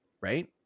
right